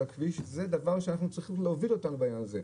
הכביש זה דבר שצריך להוביל אותנו בעניין הזה.